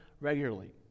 regularly